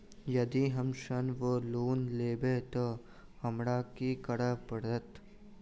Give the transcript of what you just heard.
यदि हम ऋण वा लोन लेबै तऽ हमरा की करऽ पड़त?